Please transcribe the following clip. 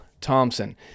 Thompson